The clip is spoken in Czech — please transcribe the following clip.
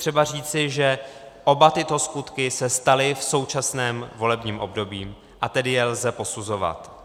Je třeba říci, že oba tyto skutky se staly v současném volebním období, a tedy je lze posuzovat.